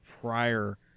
prior